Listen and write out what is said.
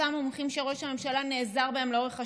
אותם מומחים שראש הממשלה נעזר בהם לאורך השנה,